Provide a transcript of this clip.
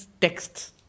texts